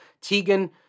Tegan